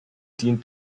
dient